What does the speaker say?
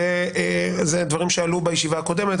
יש דברים שעלו בישיבה הקודמת.